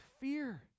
fear